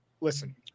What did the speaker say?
listen